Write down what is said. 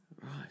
Right